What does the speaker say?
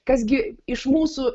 kas gi iš mūsų